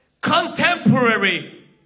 contemporary